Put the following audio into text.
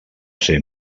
ser